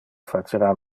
facera